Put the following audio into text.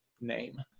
name